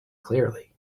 clearly